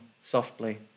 softly